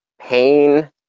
pain